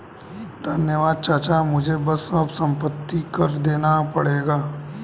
धन्यवाद चाचा मुझे बस अब संपत्ति कर देना पड़ेगा